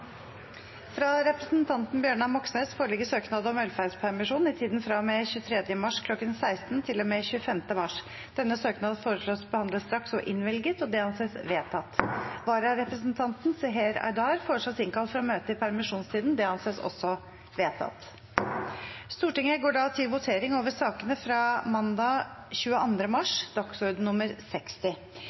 Fra representanten Bjørnar Moxnes foreligger søknad om velferdspermisjon i tiden fra og med 23. mars kl. 16 til og med 25. mars. Etter forslag fra presidenten ble enstemmig besluttet: Søknaden behandles straks og innvilges. Vararepresentanten Seher Aydar innkalles for å møte i permisjonstiden. Stortinget går da til votering over sakene fra mandag 22. mars, dagsorden nr. 60.